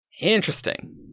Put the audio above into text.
Interesting